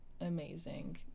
amazing